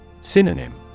Synonym